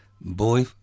boy